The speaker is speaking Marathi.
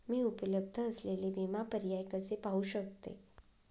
मी उपलब्ध असलेले विमा पर्याय कसे पाहू शकते?